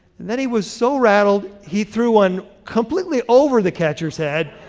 then he was so rattled, he threw one completely over the catcher's head,